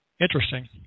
Interesting